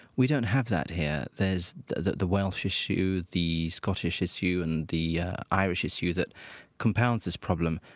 we don't have that here. there's the the welsh issue, the scottish issue, and the irish issue that compounds this problem.